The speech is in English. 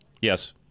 Yes